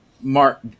Mark